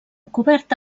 coberta